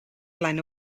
flaen